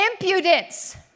impudence